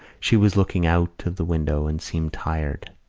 she was looking out of the window and seemed tired.